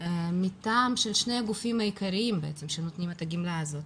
מטעם שני הגופים העיקריים שנותנים את הגמלה הזאת.